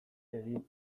egin